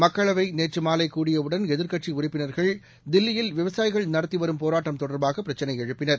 மக்களவைநேற்றுமாலை கூடிய உடன் எதிர்க்கட்சிஉறுப்பினர்கள் தில்லியில் விவசாயிகள் நடத்திவரும் போராட்டம் தொடர்பாகபிரச்சினைஎழுப்பினர்